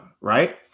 Right